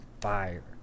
fire